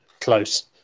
close